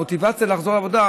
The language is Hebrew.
המוטיבציה לחזור לעבודה,